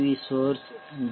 we source D